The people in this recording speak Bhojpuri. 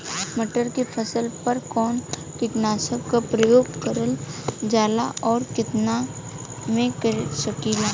मटर के फसल पर कवन कीटनाशक क प्रयोग करल जाला और कितना में कर सकीला?